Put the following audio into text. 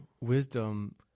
wisdom